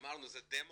אמרנו, זה דמו,